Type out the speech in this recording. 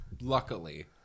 luckily